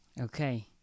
Okay